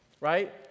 right